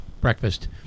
breakfast